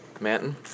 Manton